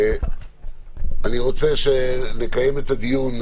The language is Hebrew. אני רוצה לקיים את הדיון,